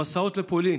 המסעות לפולין